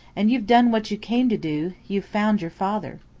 and you've done what you came to do you've found your father.